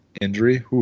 injury